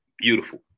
Beautiful